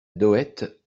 dohette